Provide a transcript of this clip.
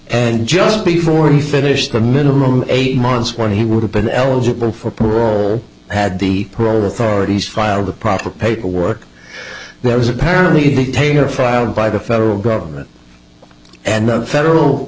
and just before he finished the minimum eight months when he would have been eligible for parole had the parole with already filed the proper paperwork there was apparently a dictator filed by the federal government and the federal